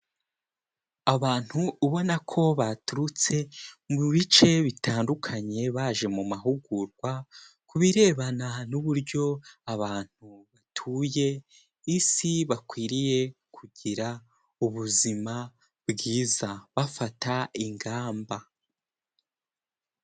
Abantu ubona ko baturutse, mu bice bitandukanye baje mu mahugurwa, ku birebana n'uburyo abantu batuye Isi, bakwiriye kugira ubuzima bwiza bafata ingamba.